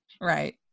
Right